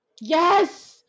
Yes